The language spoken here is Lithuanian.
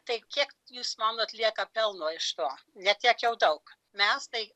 tai kiek jūs manote lieka pelno iš to ne tiek jau daug mes tai